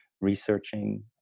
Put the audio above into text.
researching